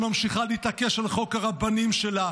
שממשיכה להתעקש על חוק הרבנים שלה.